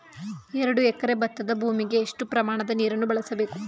ಎರಡು ಎಕರೆ ಭತ್ತದ ಭೂಮಿಗೆ ಎಷ್ಟು ಪ್ರಮಾಣದ ನೀರನ್ನು ಬಳಸಬೇಕು?